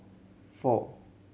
four